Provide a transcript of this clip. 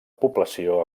població